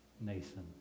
Nathan